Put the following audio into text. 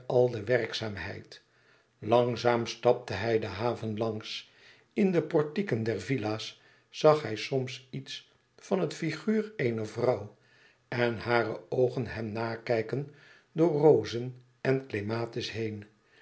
al de werkzaamheid langzaam stapte hij de haven langs in de portieken der villa's zag hij soms iets van het figuur eener vrouw en hare oogen hem nakijken door rozen en elematis heen